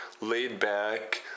laid-back